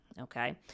okay